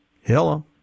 Hello